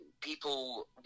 people